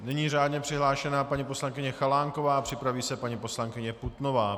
Nyní řádně přihlášená paní poslankyně Chalánková, připraví se paní poslankyně Putnová.